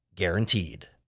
Guaranteed